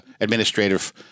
administrative